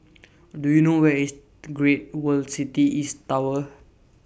Do YOU know Where IS Great World City East Tower